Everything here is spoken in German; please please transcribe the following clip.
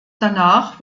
danach